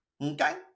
Okay